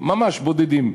בודדים, ממש בודדים,